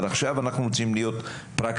אבל עכשיו אנחנו רוצים להיות פרקטיים.